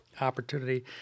opportunity